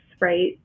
right